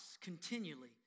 continually